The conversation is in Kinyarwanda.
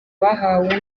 bahawe